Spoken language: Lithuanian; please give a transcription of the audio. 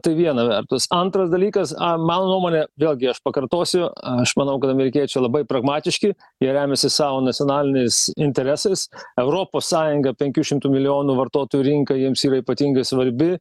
tai viena vertus antras dalykas mano nuomone vėlgi aš pakartosiu aš manau kad amerikiečiai labai pragmatiški jie remiasi savo nacionaliniais interesais europos sąjunga penkių šimtų milijonų vartotojų rinka jiems yra ypatingai svarbi